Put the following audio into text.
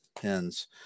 pins